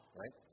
right